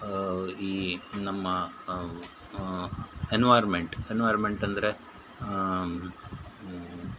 ಈ ನಮ್ಮ environment environment ಅಂದರೆ